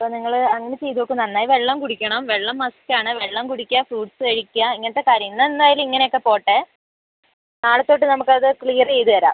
അപ്പം നിങ്ങള് അങ്ങന ചെയ്ത് നോക്ക് നന്നായി വെള്ളം കുടിക്കണം വെള്ളം മസ്റ്റ് ആണ് വെള്ളം കുടിക്കുക ഫ്രൂട്ട്സ് കഴിക്കുക ഇങ്ങനത്ത കാര്യങ്ങൾ ഇന്ന് എന്തായാലും ഇങ്ങനെ ഒക്ക പോട്ടെ നാളത്തൊട്ട് നമക്ക് അത് ക്ലിയറ് ചെയ്ത് തരാം